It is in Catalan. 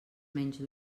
menys